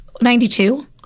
92